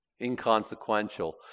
inconsequential